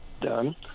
done